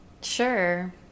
Sure